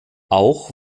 auch